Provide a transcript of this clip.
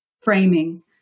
framing